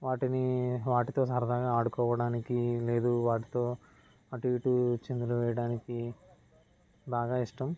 వాటిని వాటితో సరదాగా ఆడుకోవడానికి లేదు వాటితో అటు ఇటు చిందులు వేయడానికి బాగా ఇష్టం